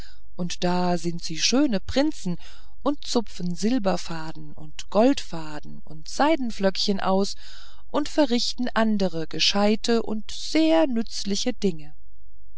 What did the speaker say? und da sind sie schöne prinzen und zupfen silberfaden und goldfaden und seidenflöckchen aus und verrichten andere gescheite und sehr nützliche dinge